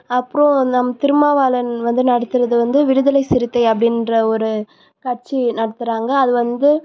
அப்புறோம் நம் திருமாவாளன் வந்து நடத்துகிறது வந்து விடுதலை சிறுத்தை அப்படின்ற ஒரு கட்சி நடத்துகிறாங்க அது வந்து